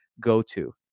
go-to